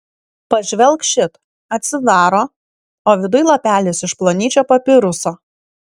pažvelk šit atsidaro o viduj lapelis iš plonyčio papiruso